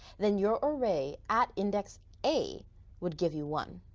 then your array at index a would give you one.